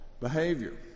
behavior